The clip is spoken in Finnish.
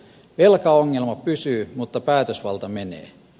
velkaongelma pysyy mutta päätösvalta menee